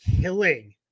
killing